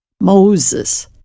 Moses